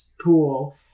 pool